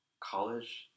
college